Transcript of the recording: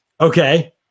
okay